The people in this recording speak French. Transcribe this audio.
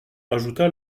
ajouta